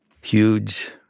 huge